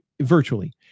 virtually